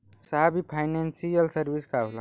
साहब इ financial service का होला?